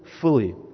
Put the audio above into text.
fully